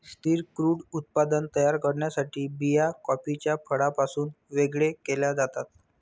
स्थिर क्रूड उत्पादन तयार करण्यासाठी बिया कॉफीच्या फळापासून वेगळे केल्या जातात